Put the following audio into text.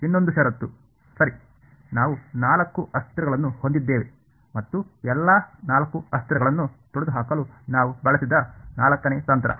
ಇನ್ನೊಂದು ಷರತ್ತು ಸರಿ ನಾವು ನಾಲ್ಕು ಅಸ್ಥಿರಗಳನ್ನು ಹೊಂದಿದ್ದೇವೆ ಮತ್ತು ಎಲ್ಲಾ ನಾಲ್ಕು ಅಸ್ಥಿರಗಳನ್ನು ತೊಡೆದುಹಾಕಲು ನಾವು ಬಳಸಿದ ನಾಲ್ಕನೇ ತಂತ್ರ